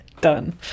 Done